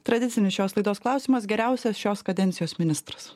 tradicinis šios laidos klausimas geriausias šios kadencijos ministras